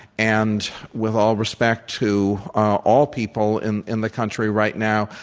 and with all respect to all people in in the country right now,